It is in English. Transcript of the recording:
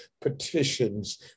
Petitions